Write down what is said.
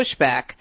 pushback